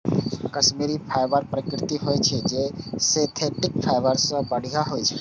Kashmiri fibre प्राकृतिक होइ छै, जे सिंथेटिक फाइबर सं बढ़िया होइ छै